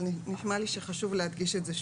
אבל נשמע לי שחשוב להדגיש את זה,